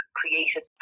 created